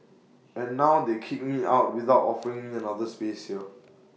and now they kick me out without offering me another space here